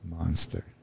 monster